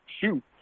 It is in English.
shoot